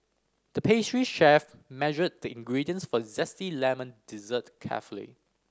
the pastry chef measured the ingredients for a zesty lemon dessert carefully